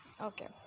Okay